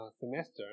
semester